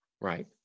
right